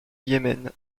yémen